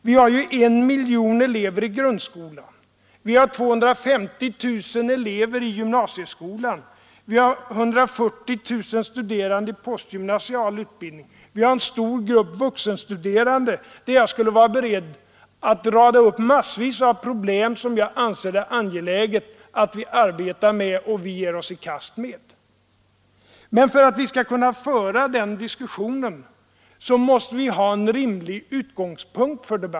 Vi har ju en miljon elever i grundskolan, vi har 250 000 elever i gymnasieskolan, vi har 140 000 studerande i postgymnasial utbildning och vi har en stor grupp vuxenstuderande. På dessa punkter skulle jag vara beredd att rada upp massvis av problem som jag anser det angeläget att vi ger oss i kast med. För att vi skall kunna föra den diskussionen måste vi emellertid ha en rimlig utgångspunkt.